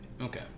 Okay